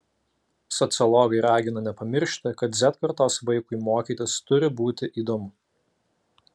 sociologai ragina nepamiršti kad z kartos vaikui mokytis turi būti įdomu